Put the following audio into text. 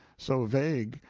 so vague,